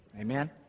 Amen